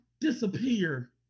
disappear